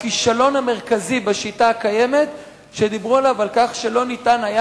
הכישלון המרכזי בשיטה הקיימת הוא שלא ניתן היה